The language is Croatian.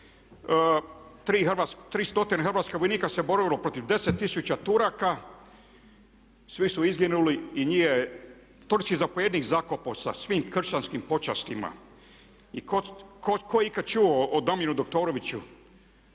300 hrvatskih vojnika se borilo protiv 10 tisuća Turaka svi su izginuli i njih je turski zapovjednik zakopao sa svim kršćanskim počastima. Tko je ikad čuo o …/Ne razumije